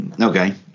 Okay